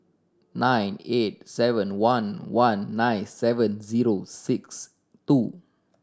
nine eight seven one one nine seven zero six two